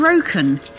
broken